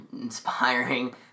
inspiring